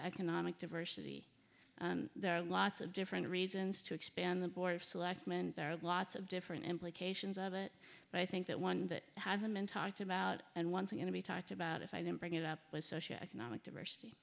economic diversity there are lots of different reasons to expand the board of selectmen there are lots of different implications of it but i think that one that hasn't been talked about and once again to be talked about if i didn't bring it up was social economic diversity